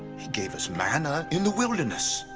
gave us manna in the wilderness.